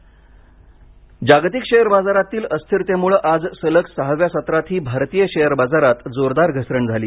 share बाजार जागतिक share बाजारातील अस्थिरतेमुळ आज सलग सहाव्या सत्रातही भारतीय शेअर बाजारात जोरदार घसरण झाली